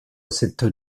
cette